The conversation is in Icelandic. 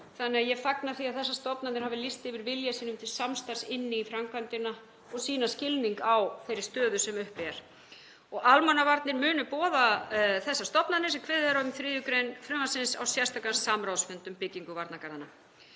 þannig að ég fagna því að þessar stofnanir hafa lýst yfir vilja sínum til samstarfs við framkvæmdina og sýna skilning á þeirri stöðu sem uppi er. Almannavarnir munu boða þessar stofnanir, sem kveðið er á um í 3. gr. frumvarpsins, á sérstakan samráðsfund um byggingu varnargarðanna.